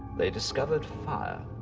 they discovered fire.